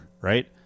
right